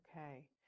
Okay